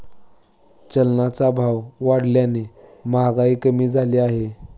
चलनाचा भाव वाढल्याने महागाई कमी झाली आहे